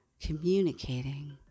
communicating